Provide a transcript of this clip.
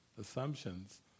assumptions